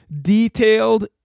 detailed